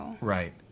Right